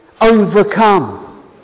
overcome